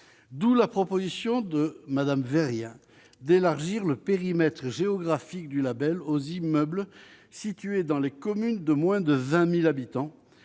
d'où la proposition de Madame Veil, d'élargir le périmètre géographique du Label aux immeubles situés dans les communes de moins de 20000 habitants